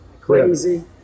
crazy